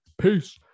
Peace